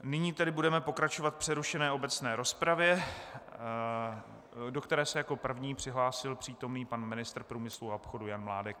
Nyní tedy budeme pokračovat v přerušené obecné rozpravě, do které se jako první přihlásil přítomný pan ministr průmyslu a obchodu Jan Mládek.